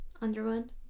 Underwood